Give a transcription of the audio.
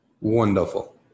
wonderful